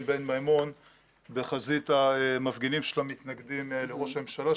בן מימון בחזית המפגינים של המתנגדים לראש הממשלה,